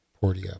Portia